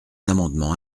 amendement